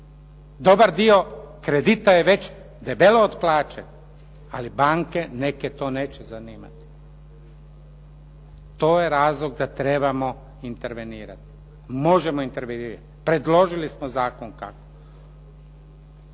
Dobar dio kredita je već debelo otplaćen, ali banke neke to neće zanimati. To je razlog da trebamo intervenirati. Možemo intervenirati, predložili smo zakon kako.